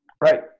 right